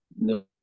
No